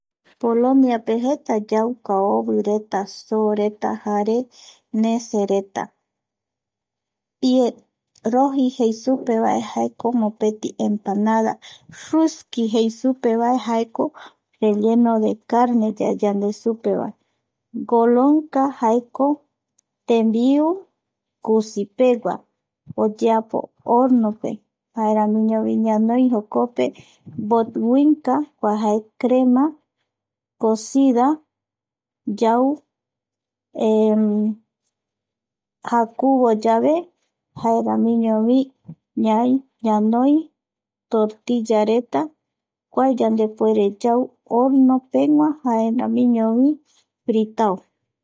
Poloniape jeta yau kaovireta soreta jare nesereta roji jei superetavae jaeko mopeti empanada ruski jei supevae jaeko, relleno de carneyae yande supeva, colunca jaeko tembiu kusipegua oyeapo horno pe, jaeraiñovi ñanoi jokope botviunca jokua jae crema cocida, yau jakuvo yave jaeramiñovi ñai ñanoi tortiyareta, kua yandepuere yau horno pegua, jaeramiñovi fritao